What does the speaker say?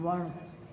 वण